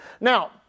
Now